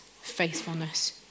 faithfulness